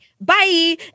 Bye